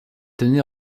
donné